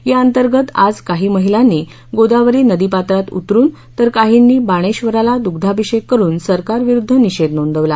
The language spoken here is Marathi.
या अंतर्गत आज काही महिलांनी गोदावरी नदीपात्रात उतरून तर काहींनी बाणेक्षराला दुग्धाभिषेक करून सरकारविरूद्व निषेध नोंदवला